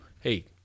hey